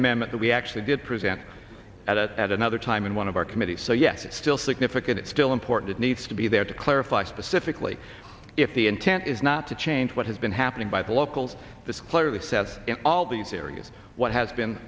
amendment that we actually did present at a at another time in one of our committees so yes it's still significant it's still important it needs to be there to clarify specifically if the intent is not to change what has been happening by the locals this clearly says in all these areas what has been